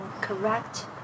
correct